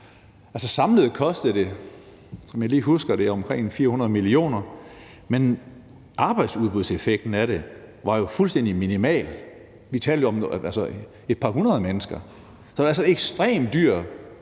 Altså, samlet kostede det, som jeg lige husker det, omkring 400 mio. kr., men arbejdsudbudseffekten af det var jo fuldstændig minimal. Vi talte om et par hundrede mennesker, så det var altså en ekstremt dyr